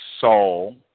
Saul